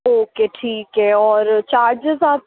okay ठीक है और चार्जेज़ आप